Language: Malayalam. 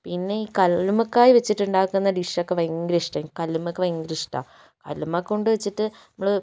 പിന്നെ ഈ കല്ലുമ്മക്കായ വച്ചിട്ടുണ്ടാക്കുന്ന ഡിഷൊക്കെ ഭയങ്കര ഇഷ്ട്ടമാണ് കല്ലുമ്മക്ക ഭയങ്കര ഇഷ്ട്ടാമാണ് കല്ലുമ്മക്ക കൊണ്ട് വെച്ചിട്ട് നമ്മള്